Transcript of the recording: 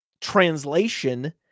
translation